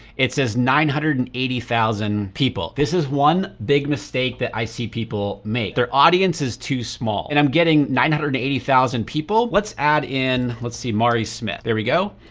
it says nine hundred and eighty thousand people. this is one big mistake that i see people make, their audience is too small. and i'm getting nine hundred and eighty thousand people. let's add in, let's see, mari smith. there we go.